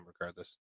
regardless